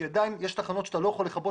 כי עדיין יש תחנות שאתה לא יכול לכבות